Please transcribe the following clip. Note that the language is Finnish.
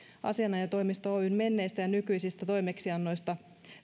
asianajotoimisto oyn menneistä ja nykyisistä toimeksiannoista